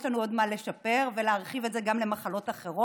יש לנו עוד מה לשפר ולהרחיב את זה גם למחלות אחרות,